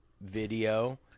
video